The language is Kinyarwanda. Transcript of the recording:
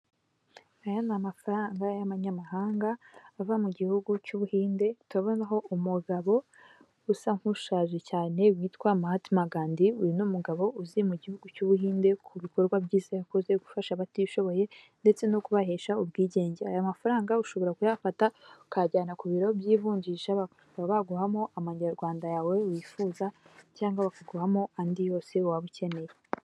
Aya ni amafaranga y'amanyamahanga ava mu gihugu cy'ubuhinde turabonaho umugabo usa nk'ushaje cyane witwa Mahatima Gandi, uyu ni umugabo uzi mu gihugu cy'ubuhinde ku bikorwa byiza yakoze gufasha abatishoboye ndetse no kubahesha ubwigenge. Aya mafaranga ushobora kuyafata ukayajyana ku biro by'ivunjisha bakaba baguhamo amanyarwanda yawe wifuza cyangwa bakaguhamo andi yose waba ukeneye.